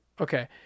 Okay